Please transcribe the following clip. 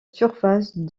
surface